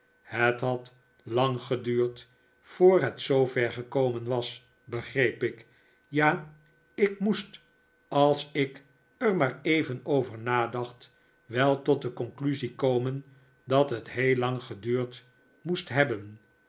het had lang geduurd voor het zoover gekomen was begreep ik ja ik moest als ik er maar even over nadacht wel tot de conclusie komen dat het heel lang geduurd moest hebben